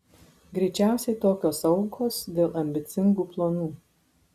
greičiausiai tokios aukos dėl ambicingų planų